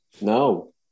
no